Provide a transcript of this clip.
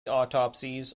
autopsies